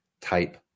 type